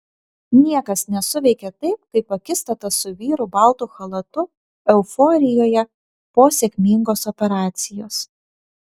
niekas nesuveikė taip kaip akistata su vyru baltu chalatu euforijoje po sėkmingos operacijos